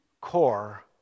core